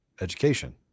education